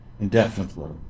indefinitely